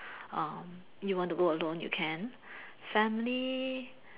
um you want to go alone you can family